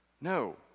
No